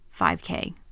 5k